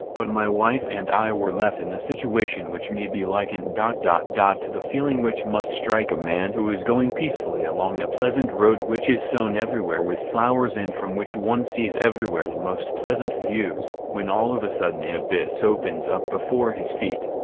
but my wife and i were left in the situation which may be likened. to the feeling which must strike a man who is going peacefully along a pleasant road which is sown everywhere with flowers and from which one sees everywhere the most pleasant views, when all of a sudden an abyss opens up before his feet,